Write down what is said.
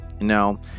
Now